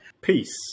Peace